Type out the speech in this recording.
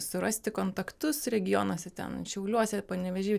surasti kontaktus regionuose ten šiauliuose panevėžyje